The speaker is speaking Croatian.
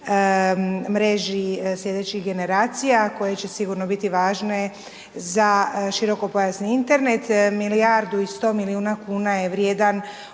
mreži slijedećih generacija koje će sigurno biti važne za širokopojasni Internet. Milijardu i 100 milijuna kuna je vrijedna